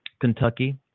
Kentucky